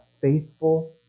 faithful